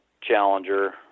Challenger